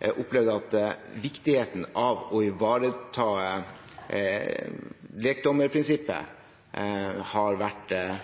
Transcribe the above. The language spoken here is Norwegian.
at viktigheten av å ivareta lekdommerprinsippet har vært den